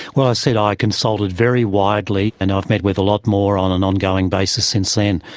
well, i said i consulted very widely, and i've met with a lot more on an ongoing basis since then.